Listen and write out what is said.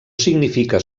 significa